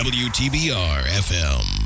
wtbr-fm